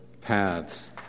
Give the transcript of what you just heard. paths